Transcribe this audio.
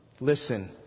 listen